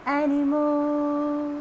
anymore